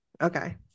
Okay